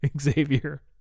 Xavier